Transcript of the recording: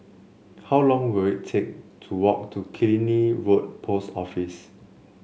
how long will it take to walk to Killiney Road Post Office